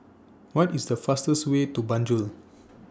What IS The fastest Way to Banjul